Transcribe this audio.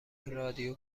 رادیو